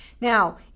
Now